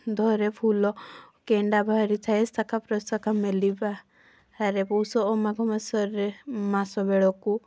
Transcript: ଧରେ ଫୁଲ କେଣ୍ଡା ବାହାରି ଥାଏ ଶାଖା ପ୍ରଶାଖା ମେଲିବା ପୌଷ ଓ ମାଘ ମାସରେ ମାସ ବେଳକୁ